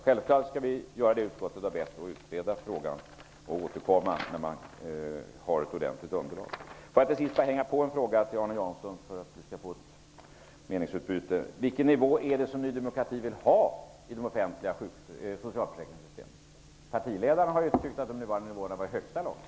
Självfallet skall vi göra det som utskottet har bett om, dvs. utreda frågan, och återkomma när det finns ett ordentligt underlag. Jag vill till sist ställa en fråga till Arne Jansson för att vi skall få ett meningsutbyte: Vilken nivå vill Ny demokrati ha i de offentliga socialförsäkringssystemen? Partiledaren tycker ju att de nuvarande nivåerna är i högsta laget.